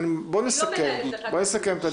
בואו נסכם את הדיון.